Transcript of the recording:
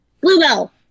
Bluebell